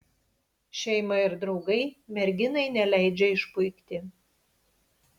šeima ir draugai merginai neleidžia išpuikti